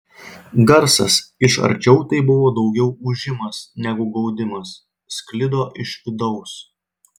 garsas iš arčiau tai buvo daugiau ūžimas negu gaudimas sklido iš vidaus